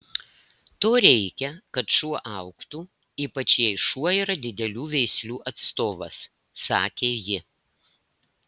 to reikia kad šuo augtų ypač jei šuo yra didelių veislių atstovas sakė ji